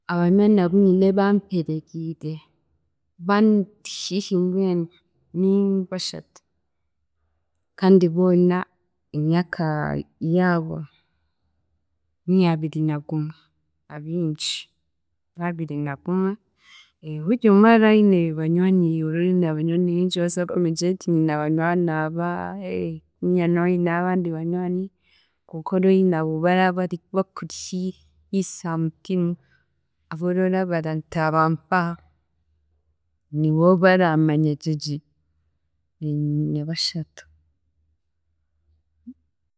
Abanywani abunyine bampereriire bandi hiihi mbwenu ni bashatu, kandi boona emyaka yaayo ni abiri nagumwe abingi n'abirinagumwe. Buri omwe ara aine banywani ora oine abanywani bingi orasa nkugire nti nyine abanywani aba, ninga noineyo abandi banywani konka ora oine abo abakuri hi- hiisa ha mutima aboora orabara nti aba mpaha nibo baraamanya gye gye ni bashatu.